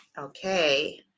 Okay